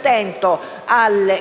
disattento alle